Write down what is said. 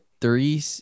three